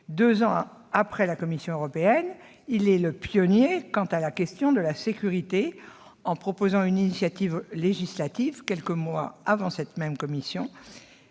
deux ans après la Commission européenne, il est cependant pionnier sur la question de la sécurité, en proposant une initiative législative quelques mois avant que la Commission